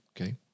Okay